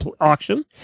auction